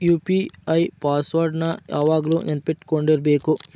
UPI password ನ ಯಾವಾಗ್ಲು ನೆನ್ಪಿಟ್ಕೊಂಡಿರ್ಬೇಕು